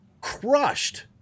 crushed